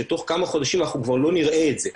שתוך כמה חודשים אנחנו כבר לא נראה את זה.